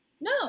no